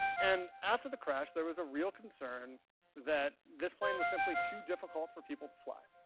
and after the crash, there was a real concern that this plane was simply too difficult for people to fly.